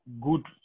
good